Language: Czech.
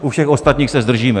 U všech ostatních se zdržíme.